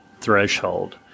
threshold